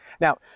Now